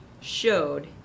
showed